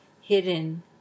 hidden